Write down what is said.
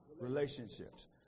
Relationships